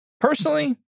Personally